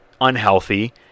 unhealthy